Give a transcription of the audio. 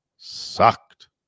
sucked